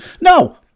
No